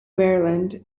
maryland